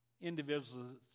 individuals